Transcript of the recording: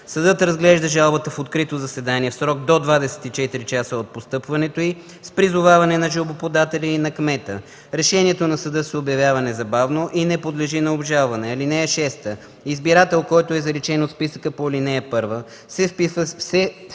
Съдът разглежда жалбата в открито заседание в срок до 24 часа от постъпването й с призоваване на жалбоподателя и на кмета. Решението на съда се обявява незабавно и не подлежи на обжалване. (6) Избирател, който е заличен от списъка по ал. 1, се вписва в